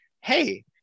hey